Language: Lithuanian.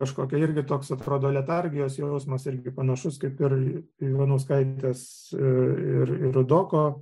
kažkokia irgi toks atrodo letargijos jausmas irgi panašus kaip ir ivanauskaitės ir ir rudoko